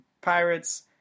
Pirates